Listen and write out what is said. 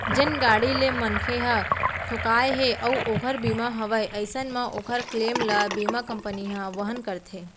जेन गाड़ी ले मनखे ह ठोंकाय हे अउ ओकर बीमा हवय अइसन म ओकर क्लेम ल बीमा कंपनी ह वहन करथे